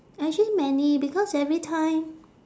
actually many because every time